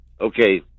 Okay